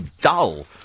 dull